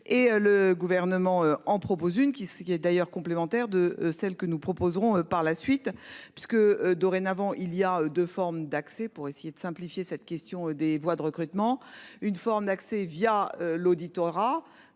le gouvernement en propose une, qui, qui est d'ailleurs complémentaire de celle que nous proposerons, par la suite parce que dorénavant, il y a deux formes d'accès pour essayer de simplifier cette question des voies de recrutement. Une forme d'accès via l'auditorat